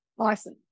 Awesome